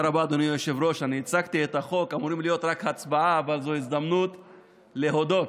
אבל זו הזדמנות להודות.